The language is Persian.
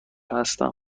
هستم